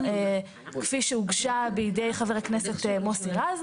כפי שהוגשה בידי חבר הכנסת מוסי רז.